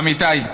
עמיתיי,